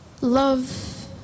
Love